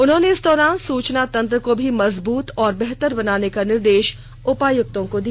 उन्होंने इस दौरान सूचना तंत्र को भी मजबूत व बेहतर बनाने का निर्देश उपायुक्तों को दिया